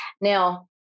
Now